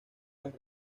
las